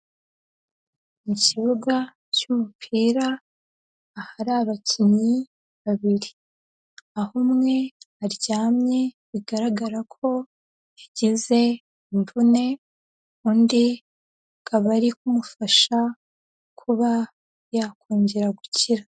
Ikibuga cy'umupira, ahari abakinnyi babiri, aho umwe aryamye, bigaragara ko yagize imvune, undi akaba ari kumufasha kuba yakongera gukira.